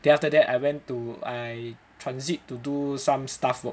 then after that I went to I transit to do some staff work